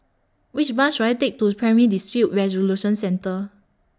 Which Bus should I Take to Primary Dispute Resolution Centre